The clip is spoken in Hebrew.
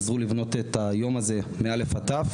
שביחד אתנו עזרו לבנות את היום הזה מא' עד ת'.